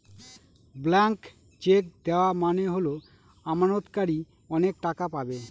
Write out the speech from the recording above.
blank cheque দেওয়া মানে হল আমানতকারী অনেক টাকা পাবে